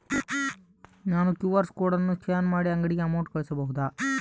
ನಾನು QR code scan ಮಾಡಿ ಅಂಗಡಿಗೆ ಅಮೌಂಟ್ ಕಳಿಸಬಹುದಾ?